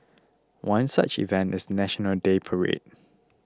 one such event is the National Day parade